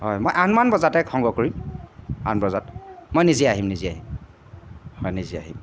হয় মই আঠমান বজাতে সংগ্ৰহ কৰিম আঠ বজাত মই নিজে আহিম নিজে আহিম হয় নিজে আহিম